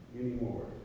anymore